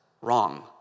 wrong